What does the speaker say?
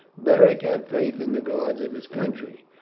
beric had faith in the gods of his country,